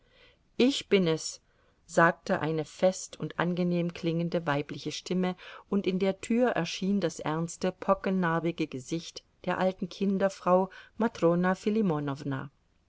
ich bin es sagte eine fest und angenehm klingende weibliche stimme und in der tür erschien das ernste pockennarbige gesicht der alten kinderfrau matrona